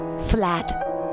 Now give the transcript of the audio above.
flat